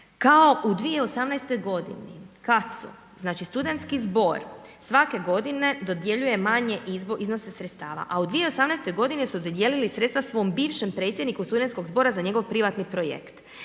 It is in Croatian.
kao u 2018. godini kada su, znači studentski zbor svake godine dodjeljuje manje iznose sredstava a u 2018. godini su dodijelili sredstva svom bivšem predsjedniku studentskog zbora za njegov privatni projekt.